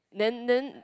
then then